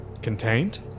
Contained